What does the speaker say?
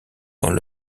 dans